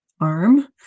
arm